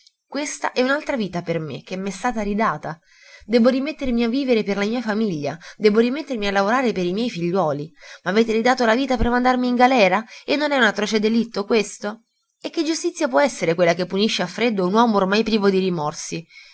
questa è un'altra vita per me che m'è stata ridata debbo rimettermi a vivere per la mia famiglia debbo rimettermi a lavorare per i miei figliuoli m'avete ridato la vita per mandarmi in galera e non è un atroce delitto questo e che giustizia può esser quella che punisce a freddo un uomo ormai privo di rimorsi